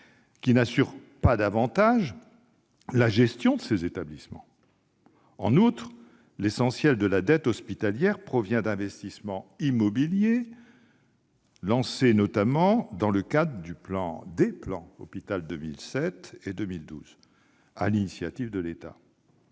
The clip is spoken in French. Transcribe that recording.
qui n'assure pas davantage la gestion de ces établissements. En outre, l'essentiel de la dette hospitalière provient d'investissements immobiliers lancés, notamment dans le cadre des plans Hôpital 2007 et Hôpital 2012, sur l'initiative de l'État.